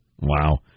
Wow